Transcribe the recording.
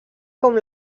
com